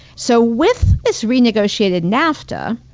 so with this renegotiated nafta,